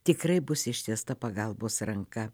tikrai bus ištiesta pagalbos ranka